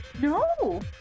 No